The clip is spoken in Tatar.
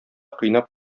кыйнап